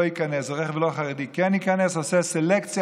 ייכנס ורכב לא חרדי כן ייכנס עושה סלקציה,